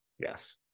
Yes